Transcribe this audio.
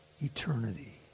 eternity